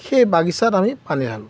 সেই বাগিচাত আমি পানী আনো